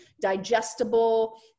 digestible